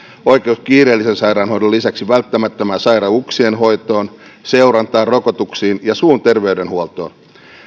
oikeus kiireellisen sairaanhoidon lisäksi välttämättömään sairauksien hoitoon seurantaan rokotuksiin ja suun terveydenhuoltoon